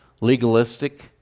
legalistic